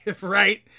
right